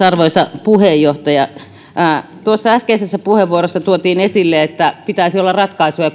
arvoisa puheenjohtaja tuossa äskeisessä puheenvuorossa tuotiin esille kuten aikaisemmissakin puheenvuoroissa että pitäisi olla ratkaisuja